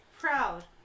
Proud